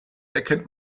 erkennt